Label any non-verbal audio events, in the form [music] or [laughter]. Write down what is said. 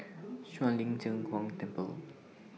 [noise] Shuang Lin Cheng Huang Temple